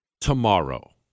tomorrow